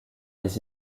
les